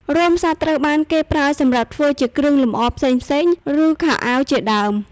រោមសត្វត្រូវបានគេប្រើសម្រាប់ធ្វើជាគ្រឿងលម្អផ្សេងៗ ឬខោអាវជាដើម។